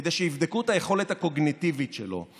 כדי שיבדקו את היכולת הקוגניטיבית שלו.